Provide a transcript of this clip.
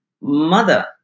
mother